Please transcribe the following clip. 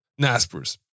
NASPERS